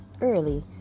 early